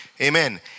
amen